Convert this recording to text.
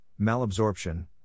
malabsorption